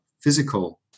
physical